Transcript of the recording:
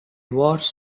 wars